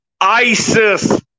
ISIS